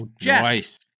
jets